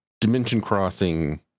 dimension-crossing